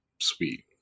sweet